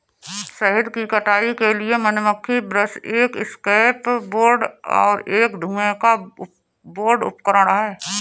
शहद की कटाई के लिए मधुमक्खी ब्रश एक एस्केप बोर्ड और एक धुएं का बोर्ड उपकरण हैं